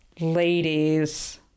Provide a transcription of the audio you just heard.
Ladies